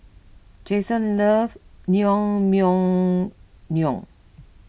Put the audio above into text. Jayson loves Naengmyeon